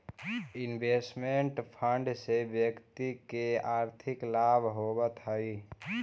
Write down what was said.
investment fund से व्यक्ति के आर्थिक लाभ होवऽ हई